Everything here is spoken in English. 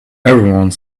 everyone